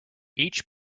each